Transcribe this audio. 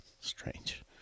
Strange